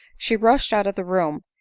she rushed out of the room,